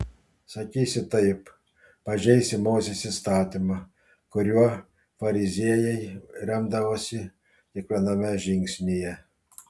sakysi taip pažeisi mozės įstatymą kuriuo fariziejai remdavosi kiekviename žingsnyje